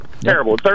Terrible